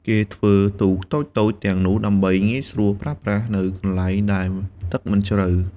គេធ្វើទូកតូចៗទាំងនោះដើម្បីងាយស្រួលប្រើប្រាស់នៅកន្លែងដែលទឹកមិនជ្រៅ។